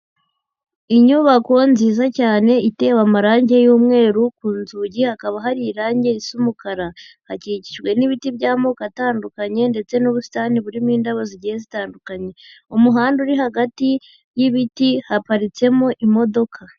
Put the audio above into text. Inyubako nziza cyane itewe amarange y'umweru ku nzugi hakaba hari irange risa umukara, hakikishijwe n'ibiti by'amoko atandukanye ndetse n'ubusitani burimo indabo zigiye zitandukanye, umuhanda uri hagati y'ibiti haparitsemo imodoka.